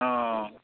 অঁ অঁ